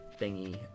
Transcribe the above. thingy